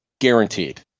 Guaranteed